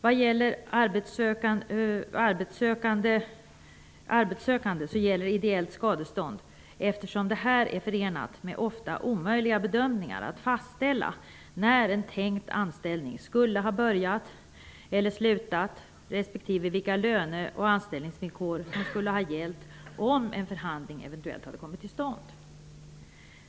Vad beträffar arbetssökande gäller ideellt skadestånd, eftersom det här är förenat med ofta omöjliga bedömningar att fastställa när en tänkt anställning skulle ha börjat eller slutat respektive vilka löne och anställningsvillkor som skulle ha gällt om en förhandling eventuellt hade kommit till stånd.